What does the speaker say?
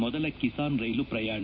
ಮೊದಲ ಕಿಸಾನ್ ರೈಲು ಪ್ರಯಾಣ